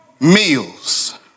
meals